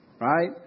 Right